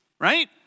Right